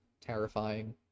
terrifying